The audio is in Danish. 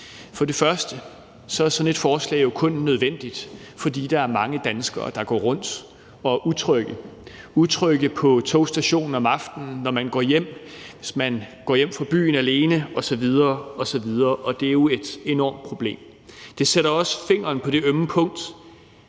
For det første er sådan et forslag jo kun nødvendigt, fordi der er mange danskere, der går rundt og er utrygge. Man er utryg på togstationen om aftenen, når man går hjem, hvis man går hjem fra byen alene osv. osv., og det er jo et enormt problem. Det sætter også fingeren på det ømme punkt,